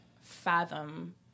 fathom